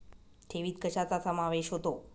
ठेवीत कशाचा समावेश होतो?